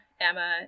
Emma